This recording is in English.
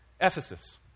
Ephesus